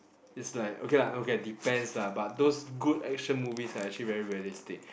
it's like okay lah okay lah depends lah but those good action movies are actually very realistic